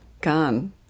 gone